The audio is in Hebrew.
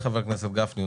חבר הכנסת גפני,